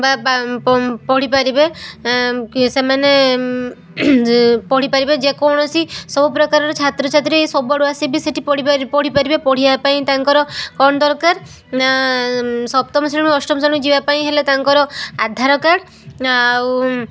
ବା ବା ପଢ଼ିପାରିବେ କି ସେମାନେ ପଢ଼ିପାରିବେ ଯେ କୌଣସି ସବୁପ୍ରକାରର ଛାତ୍ରଛାତ୍ରୀ ସବୁଆଡ଼ୁ ଆସି ବି ସେଠି ପଢ଼ିପାରି ପଢ଼ିପାରିବେ ପଢ଼ିବା ପାଇଁ ତାଙ୍କର କ'ଣ ଦରକାର ନା ସପ୍ତମ ଶ୍ରେଣୀରୁ ଅଷ୍ଟମ ଶ୍ରେଣୀକୁ ଯିବା ପାଇଁ ହେଲେ ତାଙ୍କର ଆଧାର କାର୍ଡ଼ ଆଉ